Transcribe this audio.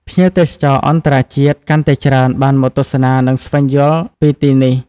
ភ្ញៀវទេសចរអន្តរជាតិកាន់តែច្រើនបានមកទស្សនា និងស្វែងយល់ពីទីនេះ។